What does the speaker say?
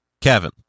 Kevin